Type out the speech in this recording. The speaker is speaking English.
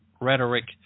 rhetoric